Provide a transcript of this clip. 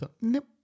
Nope